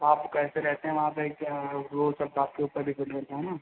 आप कैसे रहते हैं वहाँ पर क्या वह सब आपके ऊपर डिपेंड करता है ना